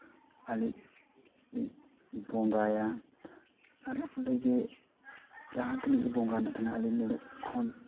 ᱟᱹᱞᱤᱧᱞᱤᱧ ᱵᱚᱸᱜᱟᱭᱟ ᱟᱨ ᱚᱸᱰᱮᱜᱮ ᱡᱟᱦᱟᱸ ᱛᱤᱱᱟᱹᱜ ᱵᱚᱸᱜᱟ ᱢᱮᱱᱟᱜᱼᱟ ᱟᱹᱞᱤᱧ ᱫᱚᱞᱤᱧ ᱠᱷᱚᱸᱰ